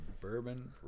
bourbon